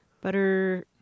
butter